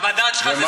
המדד שלך זה סוריה?